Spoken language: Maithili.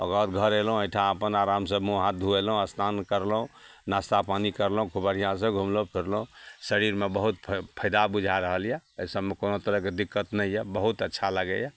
अगर घर अएलहुँ एहिठाम अपन आरामसे मुँह हाथ धुअएलहुँ अस्नान करलहुँ नाश्ता पानी करलहुँ खूब बढ़िआँसे घुमलहुँ फिरलहुँ शरीरमे बहुत फैदा बुझा रहल यऽ एहि सबमे कोनो तरहके दिक्कत नहि यऽ बहुत अच्छा लागैए